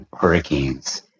hurricanes